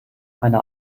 eine